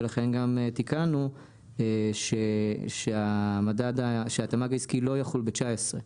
ולכן גם תיקנו שהתמ"ג העסקי לא יחול ב-2019.